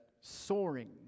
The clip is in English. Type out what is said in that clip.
soaring